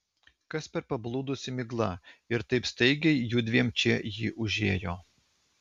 kas per pablūdusi migla ir taip staigiai judviem čia ji užėjo